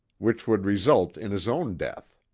which would result in his own death.